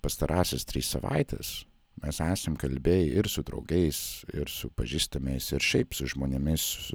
pastarąsias tris savaites mes esam kalbėję ir su draugais ir su pažįstamais ir šiaip su žmonėmis su